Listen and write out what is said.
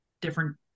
different